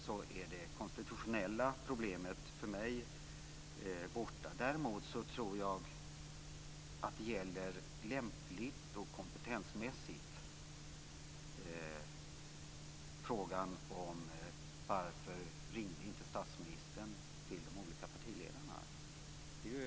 Därmed är det konstitutionella problemet borta för mig. Däremot tror jag att frågan om varför statsministern inte ringde till de olika partiledarna är lämplig och kompetensmässig.